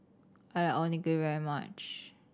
I like Onigiri very much